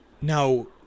Now